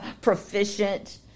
proficient